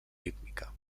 rítmica